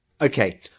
Okay